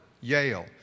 Yale